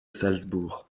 salzbourg